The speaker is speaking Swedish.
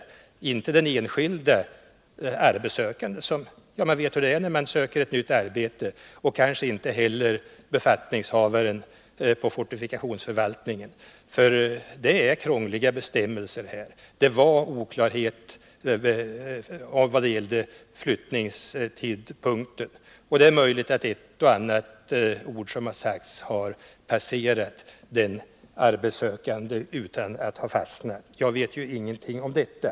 Jag vill inte förebrå den enskilde arbetssökanden — man vet ju hur det är när man söker ett arbete — och inte heller befattningshavaren på fortifikationsförvaltningen. Vi har krångliga bestämmelser här, och det rådde oklarhet när det gällde flyttningstidpunkten. Det är också möjligt att ett och annat ord som har sagts till en arbetssökande har passerat utan att ha fastnat, men jag kan ju inte uttala mig om detta.